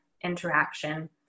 interaction